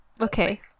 Okay